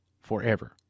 forever